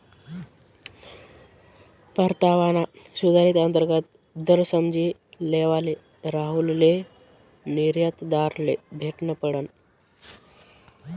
परतावाना सुधारित अंतर्गत दर समझी लेवाले राहुलले निर्यातदारले भेटनं पडनं